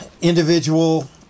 Individual